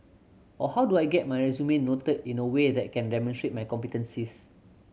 or how do I get my resume noted in a way that can demonstrate my competencies